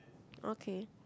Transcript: okay